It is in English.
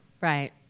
Right